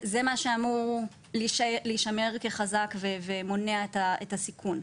זה מה שאמור להישמר כחזק ומונע את הסיכון,